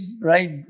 right